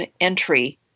entry